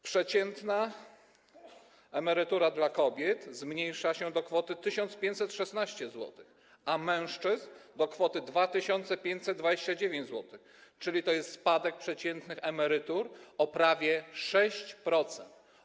Przeciętna emerytura dla kobiet zmniejsza się do kwoty 1516 zł, a mężczyzn - do kwoty 2529 zł, czyli to jest spadek przeciętnych emerytur o prawie 6%.